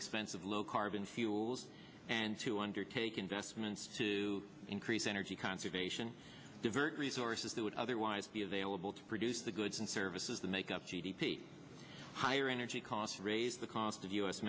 expensive low carbon fuels and to undertake investments to increase energy conservation divert resources that would otherwise be available to produce the goods and services that make up g d p higher energy costs raise the cost of u